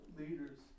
leaders